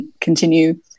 continue